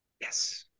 Yes